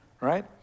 right